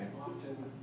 often